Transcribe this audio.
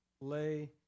Lay